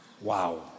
Wow